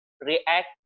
react